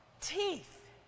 teeth